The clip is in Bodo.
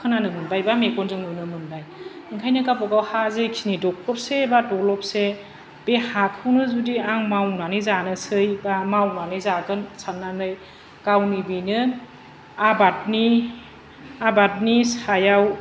खोनानो मोनबायबा मेगनजों नुनो मोनबाय ओंखायनो गावबा गाव हा जेखिनि दखरसे दलबसे बे हाखौनो जुदि आं मावनानै जानोसै बा मावनानै जागोन साननानै गावनि बेनो आबादनि आबादनि सायाव